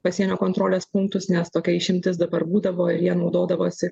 pasienio kontrolės punktus nes tokia išimtis dabar būdavo ir ja naudodavosi